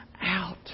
out